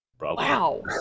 wow